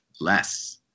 less